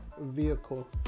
vehicle